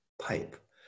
pipe